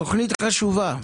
תכנית חשובה.